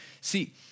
See